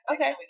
Okay